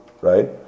Right